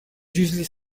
usually